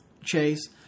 Chase